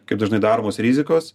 kaip dažnai daromos rizikos